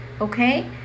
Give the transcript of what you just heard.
okay